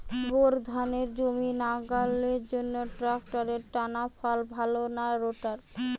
Bore ধানের জমি লাঙ্গলের জন্য ট্রাকটারের টানাফাল ভালো না রোটার?